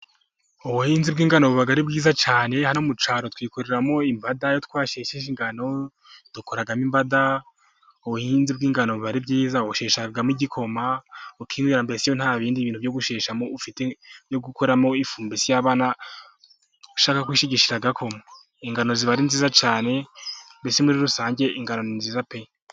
Ubuhinzi bw'ingano buba ari bwiza cyane, hano mu cyaro twikuriramo imbada, iyo twashisheje ingano dukoramo imbada. Ubuhinzi bw'ingano buba ari bwiza, dukoramo igikoma ukinywera, mbese iyo nta bindi bintu byo gusheshamo ufite, byo gukuramo ifu mbese y'abana, ushaka kwishigishira agakoma, ingano ziba ari nziza cyane, mbese muri rusange ingano ni nziza pe.